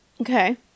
okay